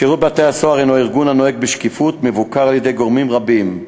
שירות בתי-הסוהר הוא ארגון הנוהג בשקיפות ומבוקר על-ידי גורמים רבים: